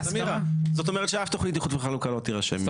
זאת אומרת שאף תוכנית איחוד וחלוקה לא תירשם.